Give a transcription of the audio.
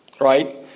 Right